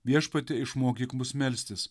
viešpatie išmokyk mus melstis